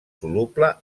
soluble